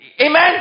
Amen